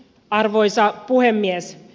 arvoisa puhemies